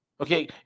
okay